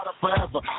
forever